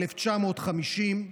1950,